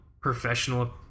professional